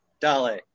Dale